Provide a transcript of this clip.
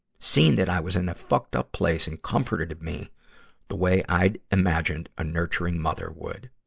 seen that i was in a fucked up place and comforted me the way i'd imagined a nurturing mother would.